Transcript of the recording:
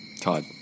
Todd